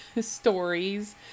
stories